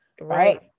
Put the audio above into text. Right